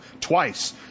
twice